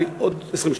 אני עוד 20 שניות,